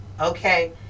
Okay